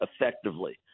effectively